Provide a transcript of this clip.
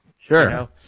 Sure